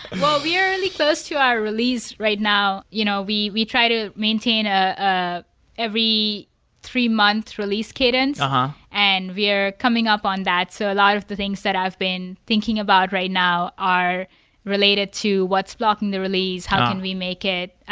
well, we're really close to our release right now. you know we we try to maintain ah ah every three months release cadence um ah and we are coming up on that. so a lot of the things that i've been thinking about right now are related to what's blocking the release, how can we make it,